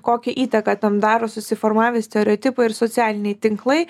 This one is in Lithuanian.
kokią įtaką tam daro susiformavę stereotipai ir socialiniai tinklai